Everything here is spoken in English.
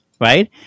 right